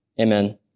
Amen